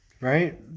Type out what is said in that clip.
right